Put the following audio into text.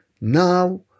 now